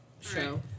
show